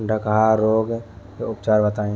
डकहा रोग के उपचार बताई?